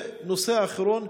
ונושא אחרון,